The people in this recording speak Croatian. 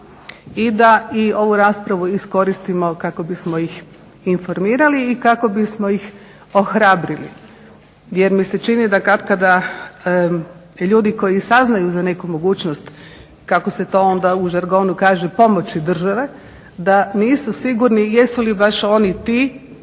I da i ovu raspravu iskoristimo kako bismo ih informirali i kako bismo ih ohrabrili. Jer mi se čini da katkada ljudi koji saznaju za neku mogućnost kako se to onda u žargonu kaže pomoći države da nisu sigurni jesu li baš oni ti